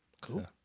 Cool